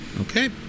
Okay